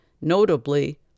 notably